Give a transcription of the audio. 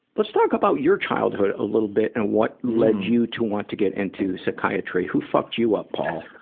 let's talk about your childhood a little bit and what led you to want to get into psychiatry. who fucked you up, paul?